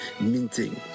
minting